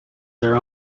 their